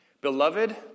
Beloved